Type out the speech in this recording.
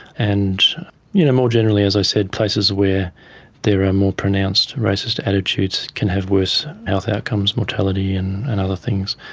and you know more generally, as i said, places where there are more pronounced racist attitudes can have worse health outcomes, mortality and and other things.